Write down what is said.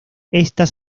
estas